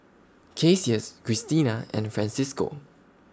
Cassius Cristina and Francisco